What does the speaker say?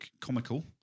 comical